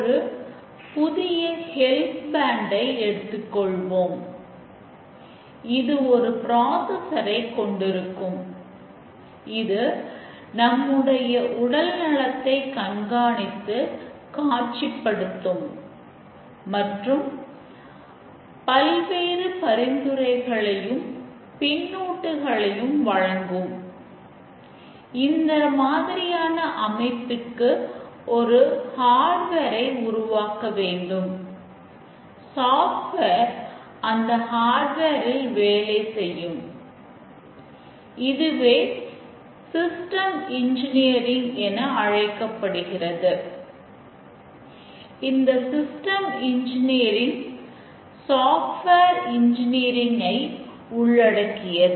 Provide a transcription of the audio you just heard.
ஒரு புதிய help fund ஐ உள்ளடக்கியது